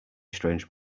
strange